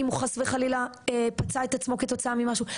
אם הוא חס וחלילה פצע את עצמו כתוצאה ממשהו?